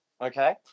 okay